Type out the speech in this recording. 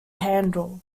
handel